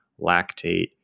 lactate